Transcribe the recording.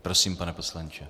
Prosím, pane poslanče.